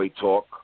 talk